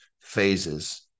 phases